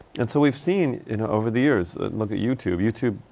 and so we've seen you know, over the years, ah look at youtube. youtube,